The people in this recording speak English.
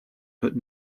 put